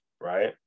right